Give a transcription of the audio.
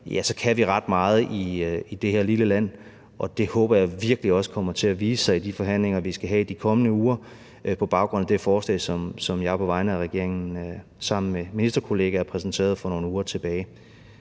vi faktisk ret meget i det her lille land, og det håber jeg virkelig også kommer til at vise sig i de forhandlinger, vi skal have de kommende uger, på baggrund af det forslag, som jeg på vegne af regeringen sammen med mine ministerkolleger præsenterede for nogle uger tilbage.